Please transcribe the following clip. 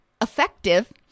effective